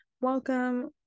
welcome